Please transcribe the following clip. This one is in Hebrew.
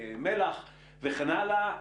מל"ח וכן הלאה,